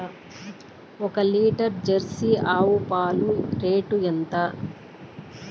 ఒక litre jersey ఆవు పాలు రేటు ఎంత?